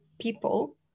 people